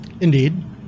Indeed